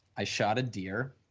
i shot a deer,